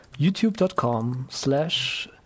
YouTube.com/slash